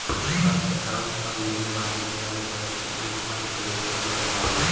deposit account पर मिले वाले ब्याज दर के अनुसार ही निवेश करना चाही